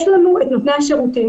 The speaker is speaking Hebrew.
יש לנו נותני השירותים